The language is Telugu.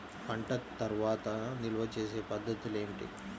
పంట తర్వాత నిల్వ చేసే పద్ధతులు ఏమిటి?